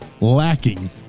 lacking